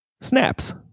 snaps